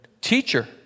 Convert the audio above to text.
Teacher